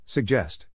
Suggest